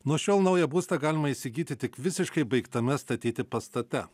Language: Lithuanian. nuo šiol naują būstą galima įsigyti tik visiškai baigtame statyti pastate